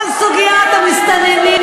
כל סוגיית המסתננים